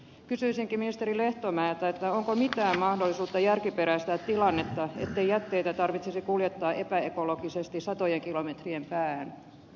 kysyisinkin ministeri lehtomäeltä onko mitään mahdollisuutta järkiperäistää tilannetta ettei jätteitä tarvitsisi kuljettaa epäekologisesti satojen kilometrien päähän